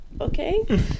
okay